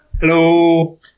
Hello